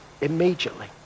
immediately